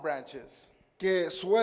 Branches